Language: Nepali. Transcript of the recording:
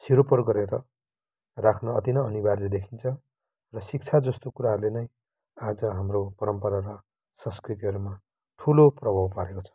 सिरोपर गरेर राख्न अति नै अनिवार्य देखिन्छ र शिक्षा जस्तो कुराहरूले नै आज हाम्रो परम्परा र संस्कृतिहरूमा ठूलो प्रभाव पारेको छ